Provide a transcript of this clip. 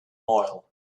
oil